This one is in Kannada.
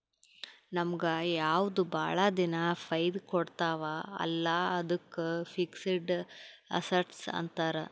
ನಮುಗ್ ಯಾವ್ದು ಭಾಳ ದಿನಾ ಫೈದಾ ಕೊಡ್ತಾವ ಅಲ್ಲಾ ಅದ್ದುಕ್ ಫಿಕ್ಸಡ್ ಅಸಸ್ಟ್ಸ್ ಅಂತಾರ್